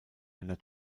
einer